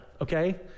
okay